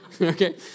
Okay